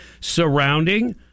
surrounding